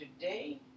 today